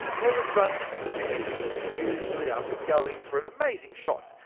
they would grunt occasionally, usually after going for an amazing shot.